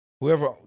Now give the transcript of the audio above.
Whoever